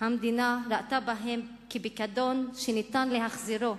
המדינה ראתה אותן כפיקדון שניתן להחזירו,